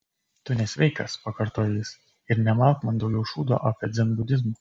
tu nesveikas pakartojo jis ir nemalk man daugiau šūdo apie dzenbudizmą